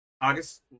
August